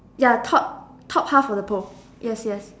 ya top top half of the pole yes yes